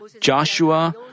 Joshua